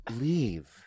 leave